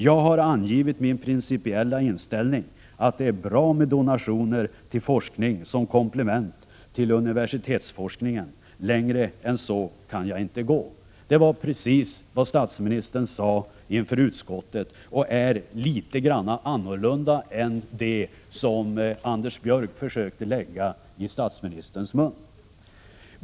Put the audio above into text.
Jag har angivit min principiella inställning, att det är bra med donationer till forskningen som komplement till universitetsforskningen. Längre än så kan jaginte gå.” Det var precis vad statsministern sade inför utskottet, och det är något annorlunda än de ord som Anders Björck försökte lägga i statsministerns mun.